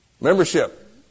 Membership